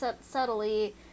subtly